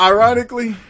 Ironically